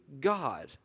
God